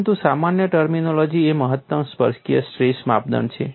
પરંતુ સામાન્ય ટર્મિનોલોજી એ મહત્તમ સ્પર્શકીય સ્ટ્રેસ માપદંડ છે